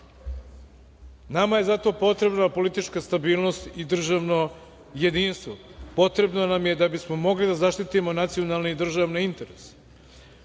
je zato potrebna politička stabilnost i državno jedinstvo, potrebno nam je da bismo mogli da zaštitimo nacionalne i državne interese.